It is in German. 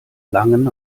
langen